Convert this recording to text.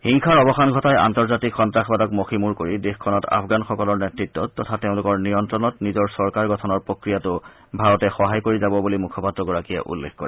হিংসাৰ অৱসান ঘটাই আন্তঃজাৰ্তিক সন্নাসবাদক মযিমূৰ কৰি দেশখনত আফগানসকলৰ নেতৃত্বত তথা তেওঁলোকৰ নিয়ন্ত্ৰণত নিজৰ চৰকাৰ গঠনৰ প্ৰক্ৰিয়াতো ভাৰতে সহায় কৰি যাব বুলি মুখপাত্ৰগৰাকীয়ে উল্লেখ কৰে